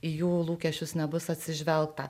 į jų lūkesčius nebus atsižvelgta